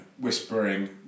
whispering